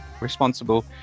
responsible